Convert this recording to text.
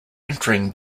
entering